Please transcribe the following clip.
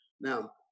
Now